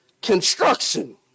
construction